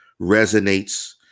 resonates